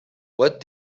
what